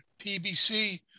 PBC